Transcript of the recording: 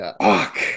Fuck